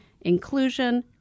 inclusion